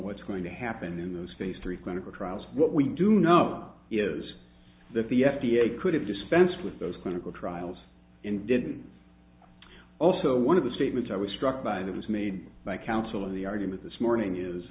what's going to happen in those phase three clinical trials what we do know is that the f d a could have dispensed with those clinical trials in didn't also one of the statements i was struck by that was made by counsel in the argument this morning